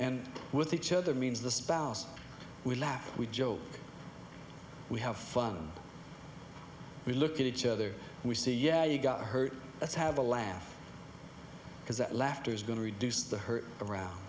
and with each other means the spouse we laugh we joke we have fun we look at each other we see yeah you got hurt let's have a laugh because that laughter is going to reduce the hurt around